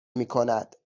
میکند